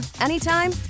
anytime